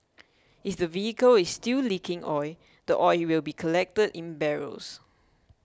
if the vehicle is still leaking oil the oil will be collected in barrels